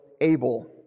able